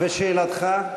ושאלתך,